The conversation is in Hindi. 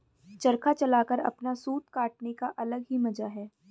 चरखा चलाकर अपना सूत काटने का अलग ही मजा है